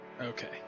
Okay